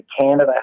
Canada